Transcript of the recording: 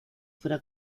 fuera